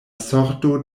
sorto